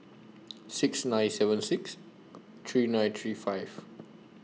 six nine seven six three nine three five